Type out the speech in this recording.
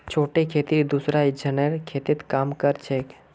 छोटे खेतिहर दूसरा झनार खेतत काम कर छेक